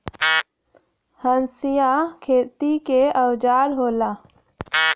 हंसिया खेती क औजार होला